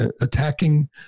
attacking